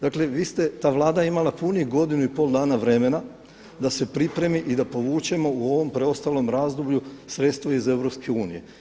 Dakle, vi ste, ta Vlada je imala punih godinu i pol dana vremena da se pripremi i da povučemo u ovom preostalom razdoblju sredstva iz EU.